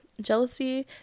Jealousy